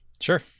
Sure